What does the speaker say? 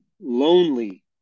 lonely